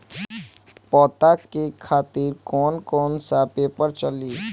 पता के खातिर कौन कौन सा पेपर चली?